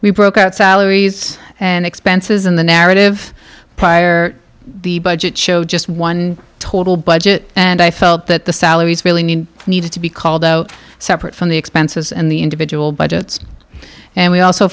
we broke out salaries and expenses in the narrative prior the budget showed just one total budget and i felt that the salaries really need needed to be called out separate from the expenses and the individual budgets and we also